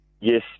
Yes